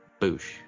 Boosh